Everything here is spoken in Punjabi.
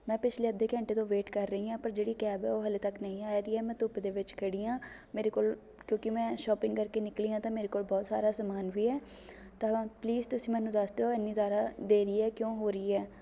ਮੈਂ ਪਿਛਲੇ ਅੱਧੇ ਘੰਟੇ ਤੋਂ ਵੇਟ ਕਰ ਰਹੀ ਹਾਂ ਪਰ ਜਿਹੜੀ ਕੈਬ ਹੈ ਉਹ ਹਲੇ ਤੱਕ ਨਹੀਂ ਆ ਰਹੀ ਹੈ ਮੈਂ ਧੁੱਪ ਦੇ ਵਿੱਚ ਖੜੀ ਹਾਂ ਮੇਰੇ ਕੋਲ਼ ਕਿਉਂਕਿ ਮੈਂ ਸ਼ੋਪਿੰਗ ਕਰਕੇ ਨਿਕਲੀ ਹਾਂ ਤਾਂ ਮੇਰੇ ਕੋਲ਼ ਬਹੁਤ ਸਾਰਾ ਸਮਾਨ ਵੀ ਹੈ ਤਾਂ ਪਲੀਜ਼ ਤੁਸੀਂ ਮੈਨੂੰ ਦੱਸ ਦਿਓ ਇੰਨੀ ਜ਼ਿਆਦਾ ਦੇਰੀ ਆ ਕਿਉਂ ਹੋ ਰਹੀ ਆ